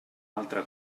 altre